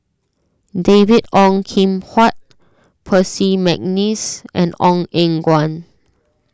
David Ong Kim Huat Percy McNeice and Ong Eng Guan